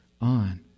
on